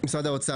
משרד האוצר,